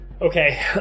Okay